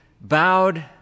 bowed